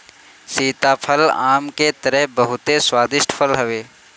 सीताफल आम के तरह बहुते स्वादिष्ट फल हवे